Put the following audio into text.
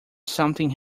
something